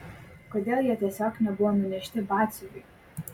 kodėl jie tiesiog nebuvo nunešti batsiuviui